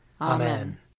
Amen